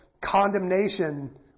condemnation